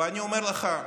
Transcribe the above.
ואני אומר לך,